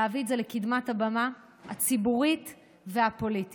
להביא את זה לקדמת הבמה הציבורית והפוליטית.